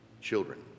children